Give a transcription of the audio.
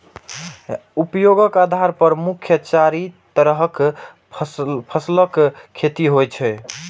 उपयोगक आधार पर मुख्यतः चारि तरहक फसलक खेती होइ छै